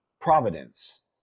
providence